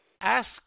ask